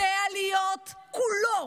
יודע להיות כולו